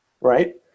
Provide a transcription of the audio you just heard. right